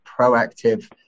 proactive